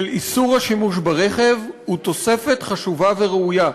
של איסור השימוש ברכב, הוא תוספת חשובה וראויה,